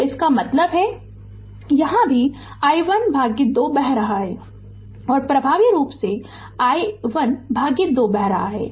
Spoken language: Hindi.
तो इसका मतलब है यहाँ भी i1 भागित 2 बह रहा है और प्रभावी रूप से i1 भागित 2 बह रहा है